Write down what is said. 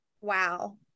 Wow